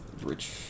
Rich